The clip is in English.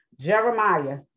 Jeremiah